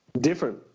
different